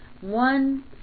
one